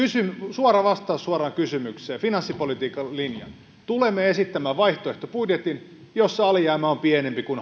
suora vastaus suoraan kysymykseen finanssipolitiikan linja tulemme esittämään vaihtoehtobudjetin jossa alijäämä on pienempi kuin